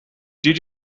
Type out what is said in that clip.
did